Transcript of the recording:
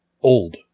old